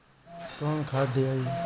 कौन खाद दियई?